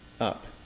up